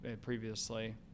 previously